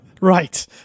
Right